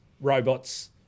Robots